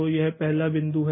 तो यह पहला बिंदु है